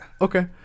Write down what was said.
Okay